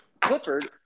Clifford